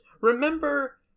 remember